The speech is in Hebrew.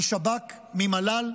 משב"כ, ממל"ל,